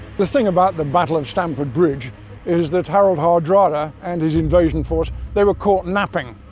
the thing about the battle of stamford bridge is that harald hardrada and his invasion force they were caught napping.